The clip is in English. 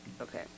Okay